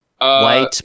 white